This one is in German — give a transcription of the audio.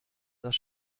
das